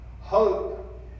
hope